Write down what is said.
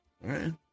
right